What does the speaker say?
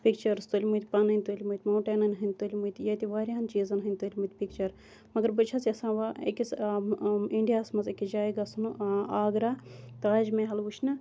pictures تُلمٕتۍ پَننۍ تُلمٕتۍ ماوُنٹینَن ہٕنٛدۍ تُلمٕتۍ ییٚتہِ واریہَن چیٖزَن ہٕنٛدۍ تُلمٕتۍ پِکچَر مگر بہٕ چھَس یَژھان وۄنۍ أکِس اِنڈیاہَس مَنٛز أکِس جایہِ گَژھُن آگرا تاج محل وٕچھنہٕ